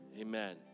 Amen